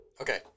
Okay